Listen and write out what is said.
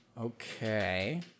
Okay